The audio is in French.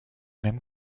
même